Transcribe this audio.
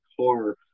car